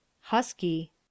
Husky